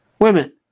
women